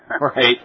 Right